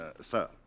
sir